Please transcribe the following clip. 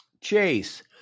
Chase